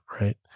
Right